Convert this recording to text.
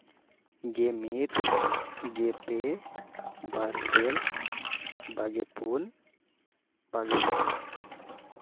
ᱜᱮ ᱢᱤᱫ ᱜᱮ ᱯᱮ ᱵᱟᱨᱜᱮᱞ ᱵᱟᱨᱜᱮ ᱯᱩᱱ ᱵᱟᱜᱮ ᱢᱚᱬ